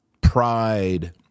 pride